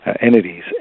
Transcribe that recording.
entities